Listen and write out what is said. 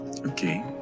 Okay